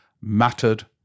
mattered